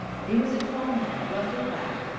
he was a tall man, roughly clad,